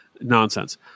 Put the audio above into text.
nonsense